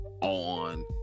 on